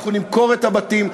אנחנו נמכור את הבתים,